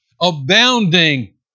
abounding